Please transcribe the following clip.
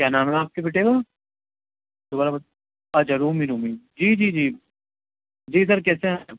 کیا نام ہے آپ کے بیٹے کا دوبارہ اچھا رومی رومی جی جی جی سر کیسے ہیں